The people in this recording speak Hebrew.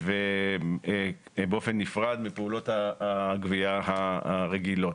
ובאופן נפרד מפעולות הגבייה הרגילות.